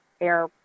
air